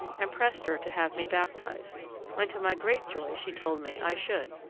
and pressed her to have me baptized when to my great joy she told me i should.